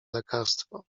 lekarstwo